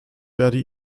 werde